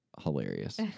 hilarious